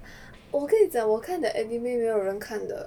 我跟你讲我看的 anime 没有人看的